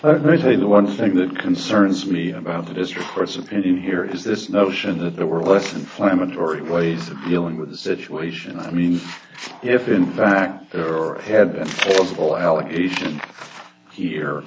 me tell you the one thing that concerns me about the district court's opinion here is this notion that there were less inflammatory ways of dealing with the situation i mean if in fact or had been of all allegations here